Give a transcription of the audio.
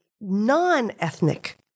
non-ethnic